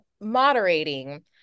moderating